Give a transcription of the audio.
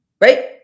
right